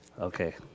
okay